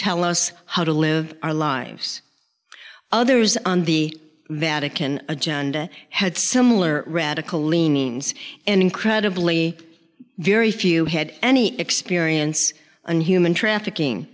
tell us how to live our lives others on the vatican agenda had similar radical leanings and incredibly very few had any experience and human trafficking